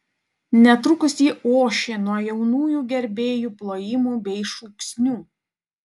netrukus ji ošė nuo jaunųjų gerbėjų plojimų bei šūksnių